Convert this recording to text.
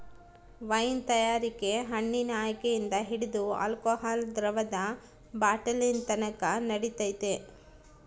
wine ತಯಾರಿಕೆ ಹಣ್ಣಿನ ಆಯ್ಕೆಯಿಂದ ಹಿಡಿದು ಆಲ್ಕೋಹಾಲ್ ದ್ರವದ ಬಾಟ್ಲಿನತಕನ ನಡಿತೈತೆ